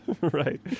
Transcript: Right